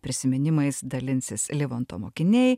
prisiminimais dalinsis livonto mokiniai